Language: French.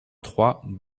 trois